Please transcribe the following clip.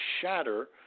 shatter